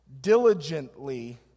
diligently